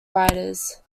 writers